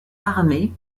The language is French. armé